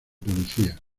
policía